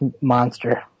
monster